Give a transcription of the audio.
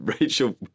Rachel